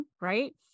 right